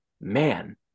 man